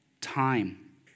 time